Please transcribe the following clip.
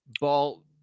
ball